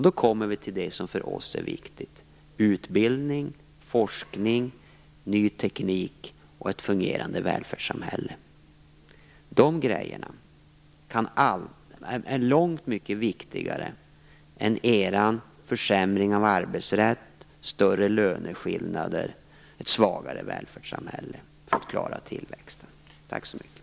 Då kommer vi till det som för oss är viktigt, utbildning, forskning, ny teknik och ett fungerande välfärdssamhälle. De sakerna är långt mycket viktigare än er försämring av arbetsrätt, större löneskillnader och ett svagare välfärdssamhälle för att klara tillväxten. Tack så mycket.